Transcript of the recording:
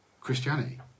Christianity